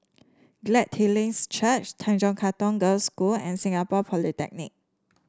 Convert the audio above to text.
Glad Tidings Church Tanjong Katong Girls' School and Singapore Polytechnic